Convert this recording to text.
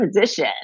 position